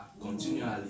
continually